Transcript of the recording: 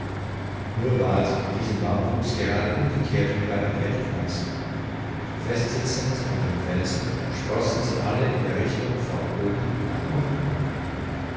nur war's mit diesem baumwuchs gerade umgekehrt wie bei den erdpflanzen festsitzend an den felsen sproßten sie alle in der richtung von oben nach unten